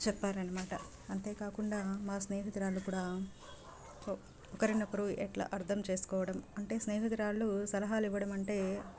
చెప్పారన్నమాట అంతేకాకుండా మా స్నేహితురాళ్ళు కూడా ఒకరినొకరు ఎట్లా అర్థం చేసుకోవడం అంటే స్నేహితురాళ్ళు సలహాలు ఇవ్వడం అంటే